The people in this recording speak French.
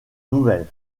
nouvelles